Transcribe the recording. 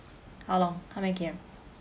how long how many K_M